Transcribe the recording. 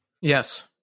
Yes